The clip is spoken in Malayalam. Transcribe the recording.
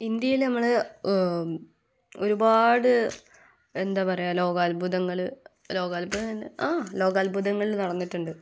ഇന്ത്യയിൽ നമ്മൾ ഒരുപാട് എന്താ പറയുക ലോകാത്ഭുതങ്ങൾ ലോകാത്ഭുതം ആ ലോകാത്ഭുതങ്ങൾ നടന്നിട്ടുണ്ട്